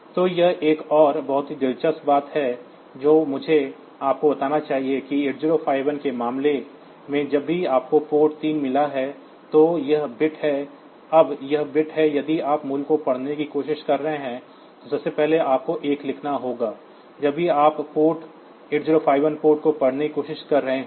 तो यह एक और बहुत ही दिलचस्प बात है जो मुझे आपको बताना चाहिए कि 8051 के मामले में जब भी आपको पोर्ट 3 मिला है तो यह बिट्स हैं अब यह बिट्स हैं यदि आप मूल्य को पढ़ने की कोशिश कर रहे हैं तो सबसे पहले आपको 1 लिखना होगा जब भी आप 8051 पोर्ट को पढ़ने की कोशिश कर रहे हों